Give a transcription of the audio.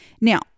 Now